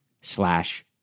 slash